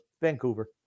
Vancouver